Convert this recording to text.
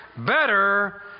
Better